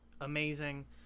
amazing